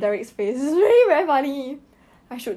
why not